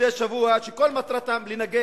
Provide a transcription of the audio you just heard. ומדי שבוע הצעות חוק שכל מטרתן לנגח